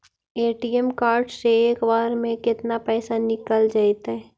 ATM card से एक बार में केतना पैसा निकल जइतै?